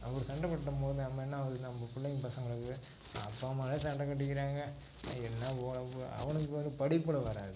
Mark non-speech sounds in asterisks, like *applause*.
அப்படி சண்டை கட்டும் போது நம்ம என்ன ஆகுது நம்ம பிள்ளைங்க பசங்களுக்கு அப்பா அம்மாவே சண்டை கட்டிக்கிறாங்க என்ன போ *unintelligible* அவனுக்கு ஒரு படிப்பில் வராது